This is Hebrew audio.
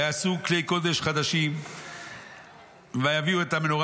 ויעשו כלי קודש חדשים ויביאו את המנורה